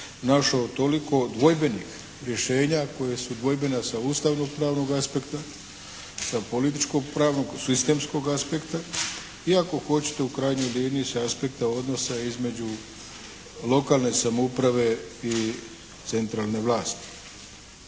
našao toliko dvojbenih rješenja koja su dvojbena sa ustavno pravnog aspekta, sa političko pravnog, sa sistemskog aspekta i ako hoćete u krajnjoj liniji sa aspekta odnosa između lokalne samouprave i centralne vlasti.